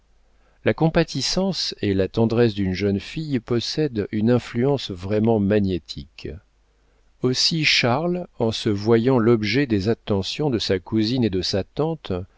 la compatissance et la tendresse d'une jeune fille possèdent une influence vraiment magnétique aussi charles en se voyant l'objet des attentions de sa cousine et de sa tante